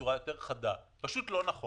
בצורה חדה יותר, זה פשוט לא נכון.